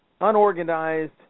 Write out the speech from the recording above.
unorganized